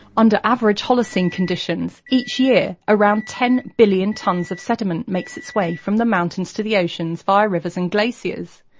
under average holocene conditions, each year, around ten billion tonnes of sediment makes its way from the mountains to the oceans via rivers and glaciers.